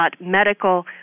medical